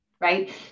right